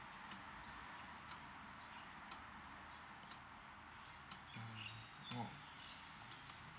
oh